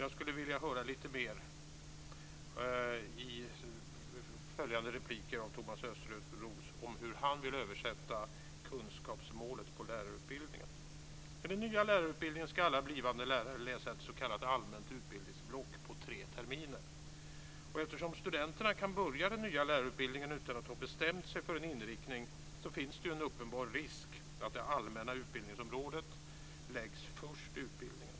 Jag skulle vilja höra lite mer i följande inlägg av Thomas Östros om hur han vill översätta kunskapsmålet på lärarutbildningen. I den nya lärarutbildningen ska alla blivande lärare läsa ett s.k. allmänt utbildningsblock på tre terminer. Eftersom studenterna kan börja den nya lärarutbildningen utan att ha bestämt sig för en inriktning finns det en uppenbar risk att det allmänna utbildningsområdet läggs först i utbildningen.